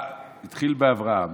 התחיל באברהם.